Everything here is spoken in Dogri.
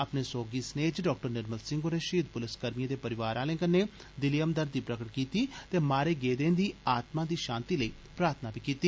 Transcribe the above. अपने सोहगी सनेए च डॉ निर्मल सिंह होरें शहीद पुलस कर्मिएं दे परिवार आलें कन्नै हमदर्दी प्रगट कीती ते मारे गेदें दी आत्मा दी शांति लेई प्रार्थना बी कीती